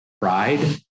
pride